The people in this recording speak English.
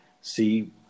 see